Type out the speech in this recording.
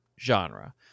genre